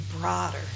broader